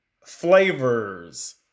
flavors